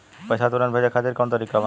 पैसे तुरंत भेजे खातिर कौन तरीका बा?